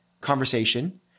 conversation